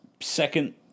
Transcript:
second